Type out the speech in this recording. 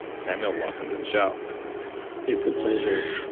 samuel, welcome to the show it's a pleasure